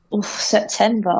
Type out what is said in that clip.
September